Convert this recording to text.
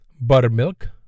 buttermilk